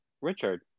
Richard